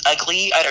ugly